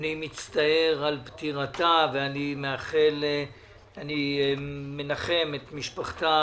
אני מצטער על פטירתה ואני מנחם את משפחתה,